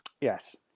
Yes